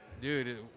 dude